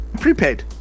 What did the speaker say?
Prepaid